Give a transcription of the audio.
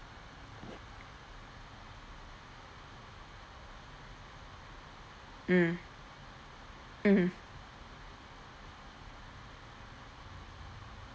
mm mm